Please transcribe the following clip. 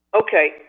Okay